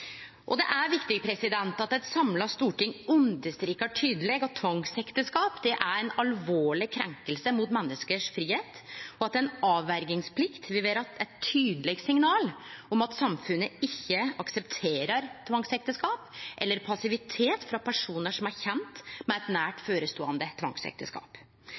Arbeidarpartiet. Det er viktig at eit samla storting understrekar tydeleg at tvangsekteskap er ei alvorleg krenking mot menneskes fridom, og at ei avverjingsplikt vil vere eit tydeleg signal om at samfunnet ikkje aksepterer tvangsekteskap eller passivitet frå personar som er kjende med eit nært føreståande tvangsekteskap.